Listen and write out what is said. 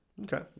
Okay